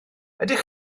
ydych